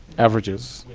averages.